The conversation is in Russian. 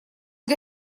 для